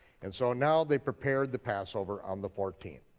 and so now they've prepared the passover on the fourteenth.